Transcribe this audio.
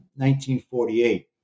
1948